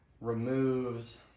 removes